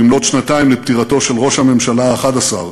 במלאות שנתיים לפטירתו של ראש הממשלה ה-11,